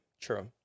true